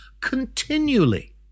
continually